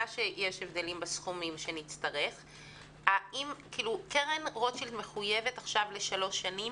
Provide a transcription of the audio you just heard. שיש הבדלים בסכומים קרן רוטשילד מחויבת עכשיו לשלוש שנים?